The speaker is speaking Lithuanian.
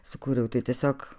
sukūriau tai tiesiog